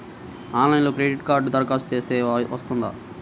ఆన్లైన్లో క్రెడిట్ కార్డ్కి దరఖాస్తు చేస్తే వస్తుందా?